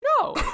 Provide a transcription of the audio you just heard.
no